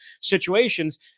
situations